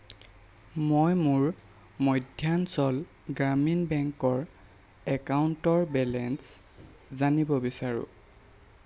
মই মোৰ মধ্যাঞ্চল গ্ৰামীণ বেংকৰ একাউণ্টৰ বেলেঞ্চ জানিব বিচাৰোঁ